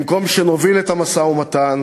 במקום שנוביל את המשא-ומתן,